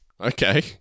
Okay